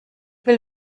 will